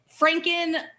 Franken